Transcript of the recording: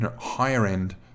higher-end